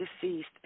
deceased